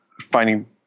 finding